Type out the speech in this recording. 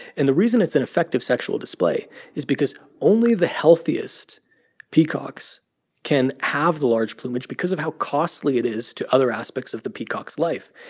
and the reason it's an effective sexual display is because only the healthiest peacocks can have the large plumage because of how costly it is to other aspects of the peacock's life.